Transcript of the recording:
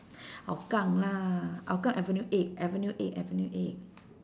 hougang lah hougang avenue eight avenue eight avenue eight